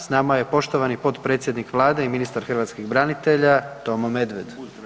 S nama je poštovani potpredsjednik Vlade i ministar hrvatskih branitelja Tomo Medved.